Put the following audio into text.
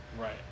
Right